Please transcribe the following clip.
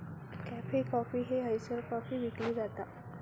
cafe Coffee Day हयसर coffee विकली जाता